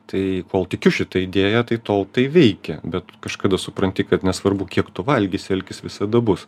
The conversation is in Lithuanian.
tai kol tikiu šita idėja tai tol tai veikia bet kažkada supranti kad nesvarbu kiek tu valgysi alkis visada bus